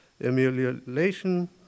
emulation